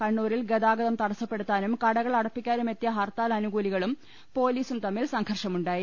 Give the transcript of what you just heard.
കണ്ണൂരിൽ ഗതാഗതം തടസ്സപ്പെടുത്താനും കടകളടപ്പിക്കാനും എത്തിയ ഹർത്താൽ അനുകൂലികളും പൊലിസും തമ്മിൽ സംഘർഷമുണ്ടായി